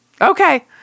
okay